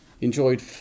enjoyed